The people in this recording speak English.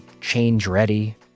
change-ready